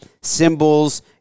symbols